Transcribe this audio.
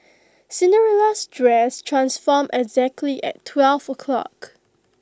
Cinderella's dress transformed exactly at twelve o'clock